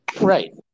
Right